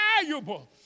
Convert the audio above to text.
valuable